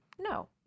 no